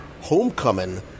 Homecoming